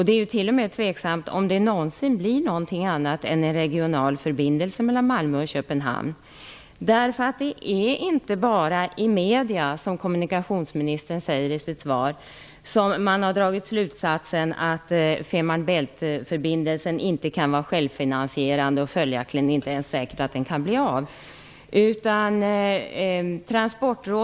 Det är t.o.m. tveksamt om det någonsin blir något annat än en regional förbindelse mellan Malmö och Köpenhamn. Det är inte bara i medierna, som kommunikationsministern säger i sitt svar, som man har dragit slutsatsen att Fehmarn Bält-förbindelsen inte kan vara självfinansierande, och att det följaktligen inte ens är säkert att den blir av.